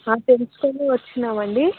తెలుసుకునే వచ్చినాం అండీ